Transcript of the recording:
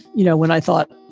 you know, when i thought,